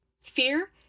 Fear